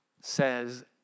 says